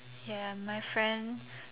ya my friend